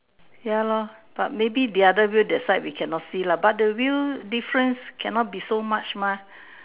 ya lor but maybe the other wheel that side we cannot see lah but the wheel difference cannot be so much mah